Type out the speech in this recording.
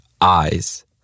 eyes